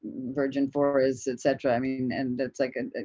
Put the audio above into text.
virgin forests, et cetera. i mean, and that's like, and and